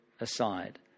aside